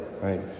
right